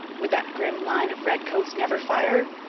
would that grim line of redcoats never fire?